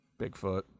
Bigfoot